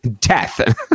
Death